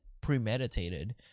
premeditated